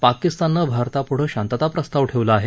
पाकिस्ताननं भारतापुढं शांतता प्रस्ताव ठेवला आहे